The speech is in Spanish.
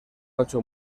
ocho